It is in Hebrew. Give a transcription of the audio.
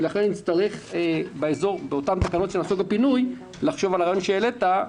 לכן נצטרך בתקנות בנושא הפינוי לחשוב על הרעיון שהעלית,